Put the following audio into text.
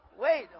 wait